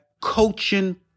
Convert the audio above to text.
Coaching